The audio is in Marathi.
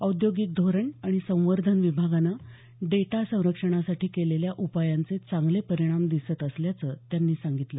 औद्योगिक धोरण आणि संवर्धन विभागानं डेटा संरक्षणासाठी केलेल्या उपायांचे चांगले परिणाम दिसत असल्याचं त्यांनी सांगितलं